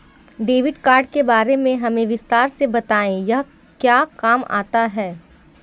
Debit card के बारे में हमें विस्तार से बताएं यह क्या काम आता है?